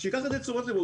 שייקח את זה לתשומת לבו.